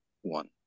one